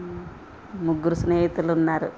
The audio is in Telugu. ముగ్గురు స్నేహితులు ఉన్నారు